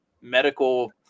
medical